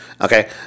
Okay